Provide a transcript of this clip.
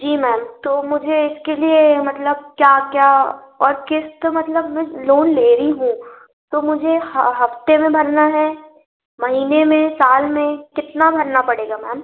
जी ma'am तो मुझे इसके लिए मतलब क्या क्या और किस्त मतलब मैं लोन ले रही हूँ तो मुझे हफ़्ते में भरना है महीने में साल में कितना भरना पड़ेगा मैम